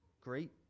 great